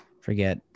forget